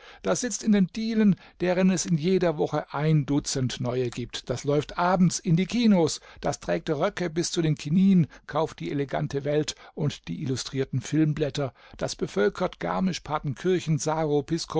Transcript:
das sitzt in den dielen deren es in jeder woche ein dutzend neue gibt das läuft abends in die kinos das trägt röcke bis zu den knien kauft die elegante welt und die illustrierten filmblätter das bevölkert garmisch-partenkirchen